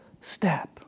step